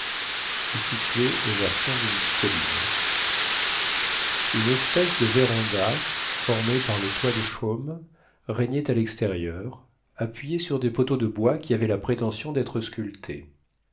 et situé au versant d'une colline une espèce de verandah formée par le toit de chaume régnait à l'extérieur appuyée sur des poteaux de bois qui avaient la prétention d'être sculptés